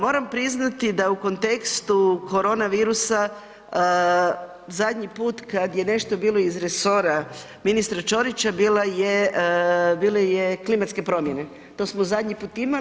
Moram priznati da u kontekstu korona virusa zadnji put kada je nešto bilo iz resora ministra Ćorića, bilo je klimatske promjene, to smo zadnji put imali.